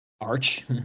Arch